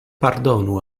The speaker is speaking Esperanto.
pardonu